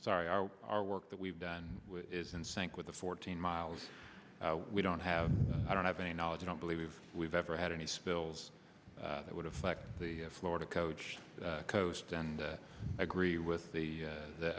sorry our work that we've done is in sync with the fourteen miles we don't have i don't have any knowledge i don't believe we've ever had any spills that would affect the florida coach coast and i agree with the